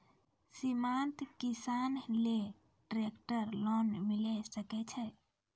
सीमांत किसान लेल ट्रेक्टर लोन मिलै सकय छै?